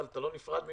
אבל אתה לא נפרד ממני,